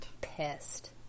pissed